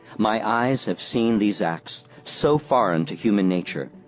my eyes have seen these acts so foreign to human nature,